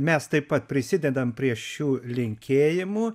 mes taip pat prisidedam prie šių linkėjimų